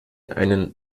einen